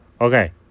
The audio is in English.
Okay